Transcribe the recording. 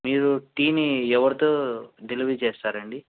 మీరు టీని ఎవరితో డెలివరీ చేస్తారండి